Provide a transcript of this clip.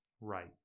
Right